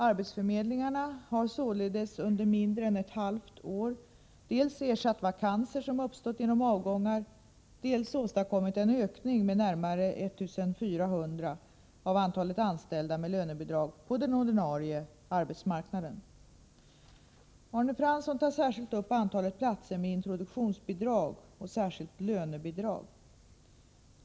Arbetsförmedlingarna har således under mindre än ett halvår dels ersatt vakanser som uppstått genom avgångar, dels åstadkommit en ökning med närmare 1400 av antalet anställda med lönebidrag på den ordinarie arbetsmarknaden. Arne Fransson tar särskilt upp antalet platser med introduktionsbidrag och särskilt lönebidrag.